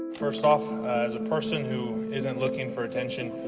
first off, as a person who isn't looking for attention,